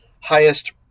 highest